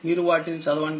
మీరు వాటిని చదవండి